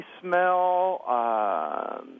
smell